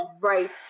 right